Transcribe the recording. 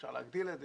אפשר להגדיל את זה,